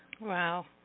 Wow